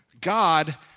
God